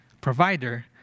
provider